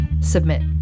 submit